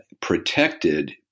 protected